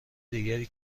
دیگری